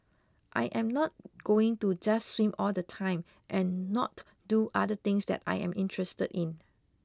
I am not going to just swim all the time and not do other things that I am interested in